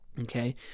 Okay